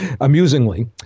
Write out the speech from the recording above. amusingly